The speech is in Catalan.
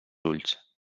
ulls